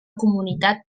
comunitat